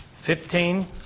Fifteen